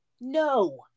No